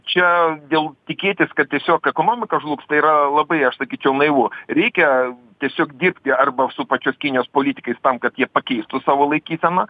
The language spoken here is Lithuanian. čia dėl tikėtis kad tiesiog ekonomika žlugs tai yra labai aš sakyčiau naivu reikia tiesiog dirbti arba su pačios kinijos politikais tam kad jie pakeistų savo laikyseną